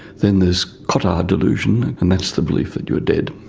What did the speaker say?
then there's cotard delusion and that's the belief that you're dead.